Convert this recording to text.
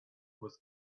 was